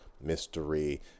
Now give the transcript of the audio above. Mystery